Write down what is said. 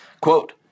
Quote